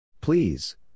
please